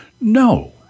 No